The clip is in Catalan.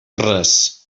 res